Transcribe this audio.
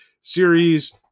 series